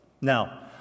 Now